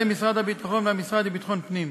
משרד הביטחון והמשרד לביטחון פנים.